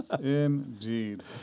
Indeed